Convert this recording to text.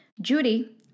Judy